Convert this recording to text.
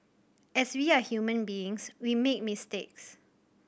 as we are human beings we make mistakes